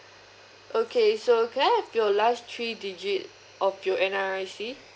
okay so can I have your last three digits of your N_R_I_C